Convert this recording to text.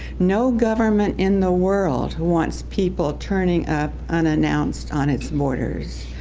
no government in the world wants people turning up unannounced on its borders.